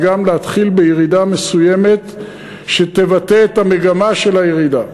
וגם להתחיל ירידה מסוימת שתבטא את המגמה של הירידה.